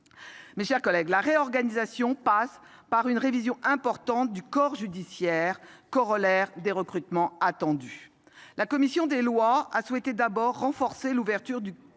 Mes chers collègues, la réorganisation passe par une révision importante du corps judiciaire, corollaire des recrutements attendus. La commission des lois a souhaité d'abord ouvrir davantage le corps judiciaire,